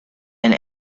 and